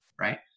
Right